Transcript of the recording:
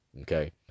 okay